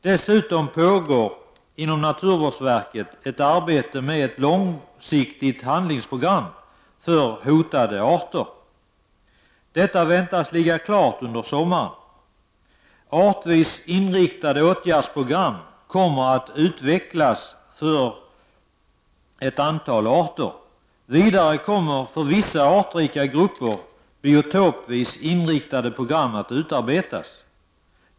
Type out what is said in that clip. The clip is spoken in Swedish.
Dessutom pågår inom naturvårdsverket ett arbete med ett långsiktigt handlingsprogram för hotade arter. Detta väntas ligga klart under sommaren. Artvis inriktade åtgärdsprogram kommer att utvecklas för ett antal arter. Vidare kommer för vissa artrika grupper biotopvis inriktade program att utarbetas.